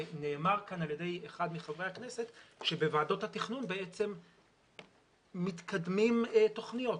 נאמר כאן על ידי אחד מחברי הכנסת שבוועדות התכנון מתקדמות תוכניות